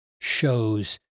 shows